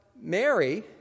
Mary